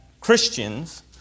Christians